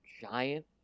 giant